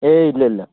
ഏയ് ഇല്ലില്ല